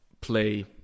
play